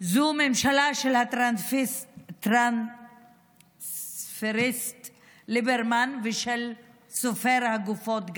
זו ממשלה של הטרנספריסט ליברמן ושל סופר הגופות גנץ.